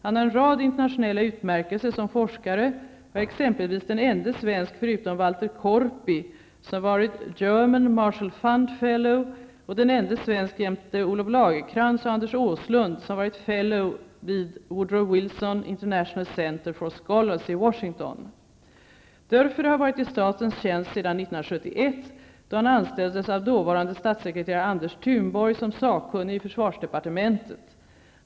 Han har en rad internationella utmärkelser som forskare och är exempelvis den ende svensk, förutom Walter Korpi, som varit German Marshall Fund Fellow och den ende svensk, jämte Olof Lagercrantz och Dörfer har varit i statens tjänst sedan 1971, då han anställdes av dåvarande statssekreteraren Anders Thunborg som sakkunnig i försvarsdepartementet.